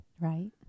Right